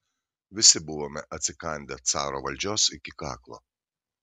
visi buvome atsikandę caro valdžios iki kaklo